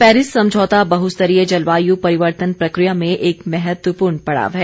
Paris समझौता बहुस्तरीय जलवायु परिवर्तन प्रक्रिया में एक महत्वपूर्ण पड़ाव है